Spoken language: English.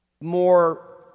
more